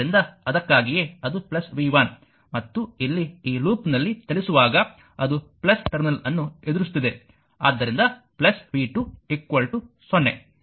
ಆದ್ದರಿಂದ ಅದಕ್ಕಾಗಿಯೇ ಅದು v1 ಮತ್ತು ಇಲ್ಲಿ ಈ ಲೂಪ್ನಲ್ಲಿ ಚಲಿಸುವಾಗ ಅದು ಟರ್ಮಿನಲ್ ಅನ್ನು ಎದುರಿಸುತ್ತಿದೆ ಆದ್ದರಿಂದ v 2 0